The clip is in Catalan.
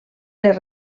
les